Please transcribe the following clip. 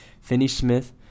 Finney-Smith